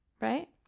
Right